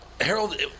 Harold